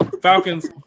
Falcons